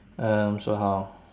um so how